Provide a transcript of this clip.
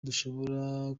dushobora